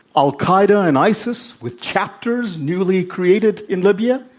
al-qaeda and isis, with chapters newly created in libya.